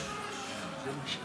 חמש:חמש.